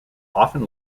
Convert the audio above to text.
often